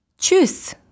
Tschüss